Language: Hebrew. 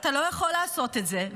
אתה לא יכול לעשות את זה.